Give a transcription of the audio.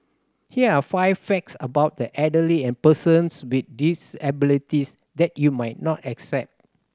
here are five facts about the elderly and persons with disabilities that you might not expect